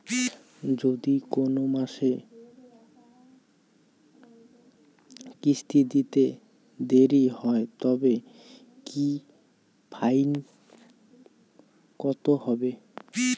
যদি কোন মাসে কিস্তি দিতে দেরি হয় তবে কি ফাইন কতহবে?